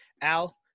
Al